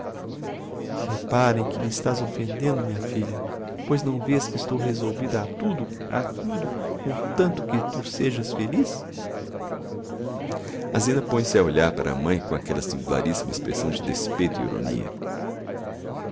em que me estás offendendo minha filha pois não vês que estou resolvida a tudo a tudo comtanto que tu sejas feliz a zina põe-se a olhar para a mãe com aquella singularissima expressão de despeito e ironia